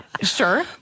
Sure